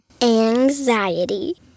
anxiety